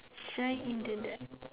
shine into that